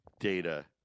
data